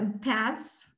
paths